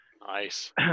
Nice